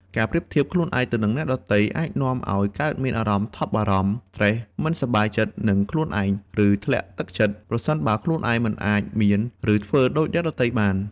ការប្រៀបធៀបខ្លួនឯងទៅនឹងអ្នកដទៃអាចនាំឱ្យកើតមានអារម្មណ៍ថប់បារម្ភ ស្រ្តេស មិនសប្បាយចិត្តនឹងខ្លួនឯង ឬធ្លាក់ទឹកចិត្ត ប្រសិនបើខ្លួនមិនអាចមាន ឬធ្វើដូចអ្នកដទៃបាន។